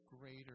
greater